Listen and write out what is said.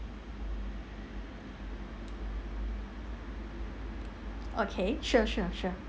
okay sure sure sure